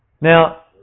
Now